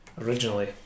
originally